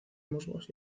musgos